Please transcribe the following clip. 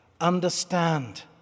understand